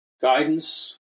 guidance